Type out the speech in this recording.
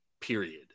period